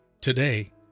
Today